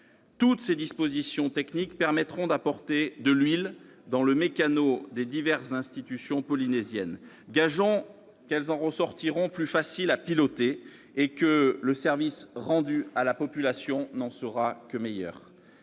Toutes ces dispositions techniques permettront d'apporter de l'huile dans le meccano des diverses institutions polynésiennes. Gageons que ces dernières seront plus faciles à piloter, et que le service rendu à la population n'en sera que meilleur.